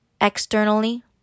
externally